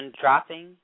dropping